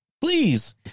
please